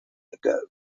ago